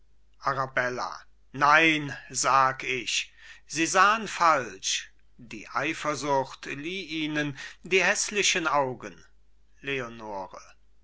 arabella nein sag ich sie sahen falsch die eifersucht lieh ihnen die häßlichen augen leonore